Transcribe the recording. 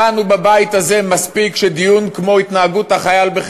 אבל איך אתה מסביר את ההתבטאויות האלה?